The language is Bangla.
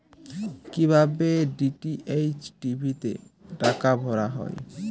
কি ভাবে ডি.টি.এইচ টি.ভি তে টাকা ভরা হয়?